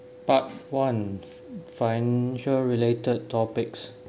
part one financial related topics